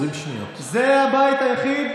זה הבית היחיד,